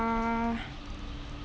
uh